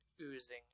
oozing